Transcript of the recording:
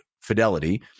fidelity